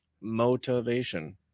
Motivation